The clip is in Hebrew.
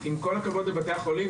עם כל הכבוד לבתי החולים,